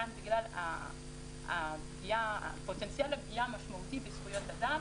כאן בגלל פוטנציאל הפגיעה המשמעותית בזכויות אדם